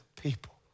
people